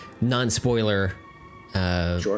non-spoiler